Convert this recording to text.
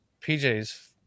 PJ's